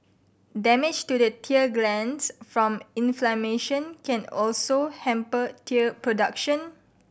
damage to the tear glands from inflammation can also hamper tear production